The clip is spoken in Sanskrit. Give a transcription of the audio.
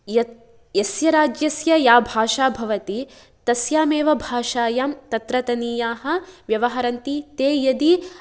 यत् यस्य राज्यस्य या भाषा भवति तस्यामेव भाषायां तत्रतनीयाः व्यवहरन्ति ते यदि